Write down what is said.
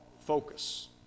focus